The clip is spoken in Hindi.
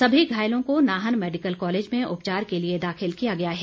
सभी घायलों को नाहन मैडिकल कॉलेज में उपचार के लिए दाखिल किया गया है